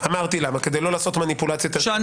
אמרתי למה כדי לא לעשות מניפוצליה- -- שאני